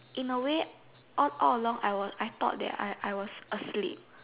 in a way all along I was I thought there I was asleep